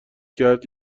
کرد